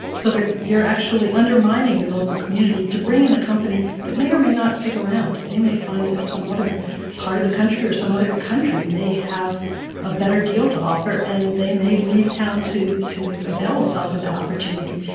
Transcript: so you're actually undermining your local community to bring in a company that may or may not stick around. they may find that some other part of the country or some other country may have a better deal to offer, and they may leave town to to avail themselves of that opportunity.